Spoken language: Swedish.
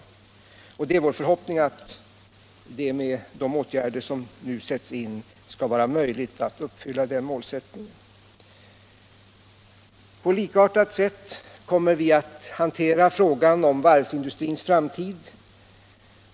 Det är vår förhoppning att det med de åtgärder som nu sätts in skall vara möjligt att nå det målet. På likartat sätt kommer vi att hantera frågan om varvsindustrins framtid.